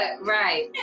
right